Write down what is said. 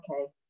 okay